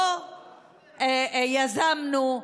לא יזמנו,